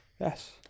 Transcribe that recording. yes